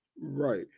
Right